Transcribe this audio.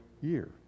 year